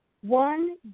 one